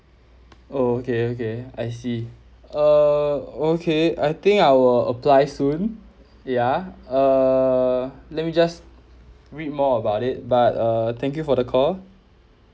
oh okay okay I see err okay I think I will apply soon ya err let me just read more about it but uh thank you for the call